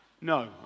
No